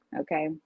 okay